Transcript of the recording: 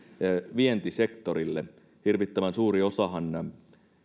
vientisektorille hirvittävän suuri osa